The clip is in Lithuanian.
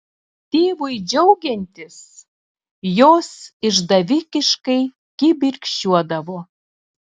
tėvui džiaugiantis jos išdavikiškai kibirkščiuodavo